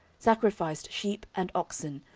sacrificed sheep and oxen,